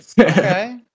Okay